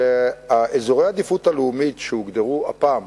שאזורי העדיפות הלאומית שהוגדרו הפעם